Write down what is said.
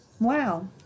Wow